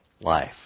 life